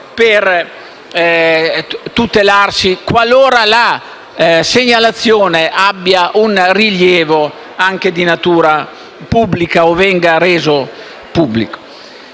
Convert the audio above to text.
per tutelarsi, qualora la segnalazione abbia un rilievo anche di natura pubblica o venga resa pubblica.